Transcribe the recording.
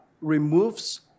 removes